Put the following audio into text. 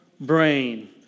Brain